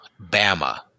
Bama